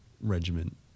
regiment